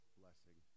blessing